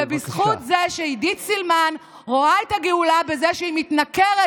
ובזכות זה שעידית סילמן רואה את הגאולה בזה שהיא מתנכרת